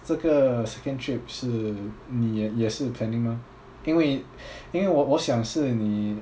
这个 second trip 是你也也是 planning 吗因为因为我我想是你